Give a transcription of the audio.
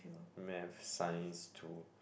maths science two